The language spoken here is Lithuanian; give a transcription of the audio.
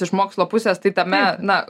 iš mokslo pusės tai tame na